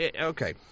okay